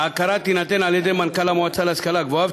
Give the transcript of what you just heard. ההכרה תינתן על-ידי מנכ"ל המועצה להשכלה גבוהה,